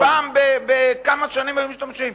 פעם בכמה שנים היו משתמשים.